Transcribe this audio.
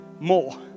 more